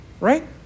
Right